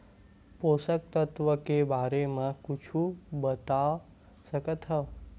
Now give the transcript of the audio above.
पोषक तत्व के बारे मा कुछु बता सकत हवय?